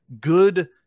good